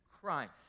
Christ